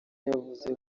yavuze